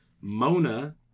mona